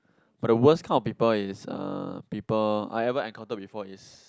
but the worst kind of people is uh people I ever encountered before is